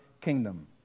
kingdom